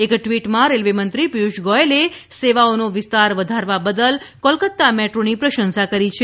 એક ટ્વીટમાં રેલવેમંત્રી પિયુષ ગોયલે સેવાઓનો વિસ્તાર વધારવા બદલ કોલકાતા મેટ્રોની પ્રશંસા કરી છે